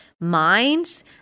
minds